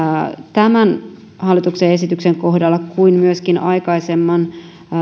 tämän hallituksen esityksen kohdalla kuin myöskin aikaisemman